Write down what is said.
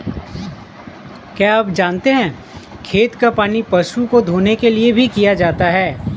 क्या आप जानते है खेत का पानी पशु को धोने के लिए भी किया जाता है?